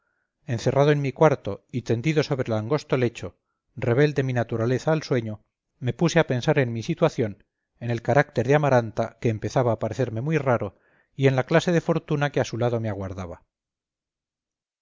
encerrado en mi cuarto y tendido sobre el angosto lecho rebelde mi naturaleza al sueño me puse a pensar en mi situación en el carácter de amaranta que empezaba a parecerme muy raro y en la clase de fortuna que a su lado me aguardaba